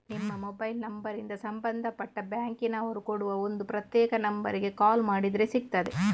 ನಿಮ್ಮ ಮೊಬೈಲ್ ನಂಬರಿಂದ ಸಂಬಂಧಪಟ್ಟ ಬ್ಯಾಂಕಿನ ಅವರು ಕೊಡುವ ಒಂದು ಪ್ರತ್ಯೇಕ ನಂಬರಿಗೆ ಕಾಲ್ ಮಾಡಿದ್ರೆ ಸಿಗ್ತದೆ